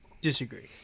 disagree